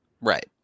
Right